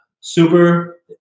super